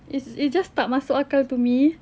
is it just tak masuk akal to me